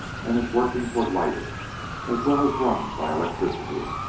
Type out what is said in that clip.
and his workings were lighted as well as run by electricity.